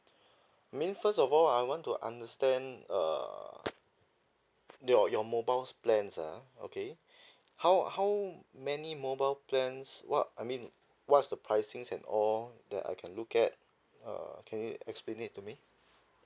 mean first of all I want to understand err your your mobile's plans ah okay how how many mobile plans what I mean what's the pricings and all that I can look at err can you explain it to me